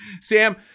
Sam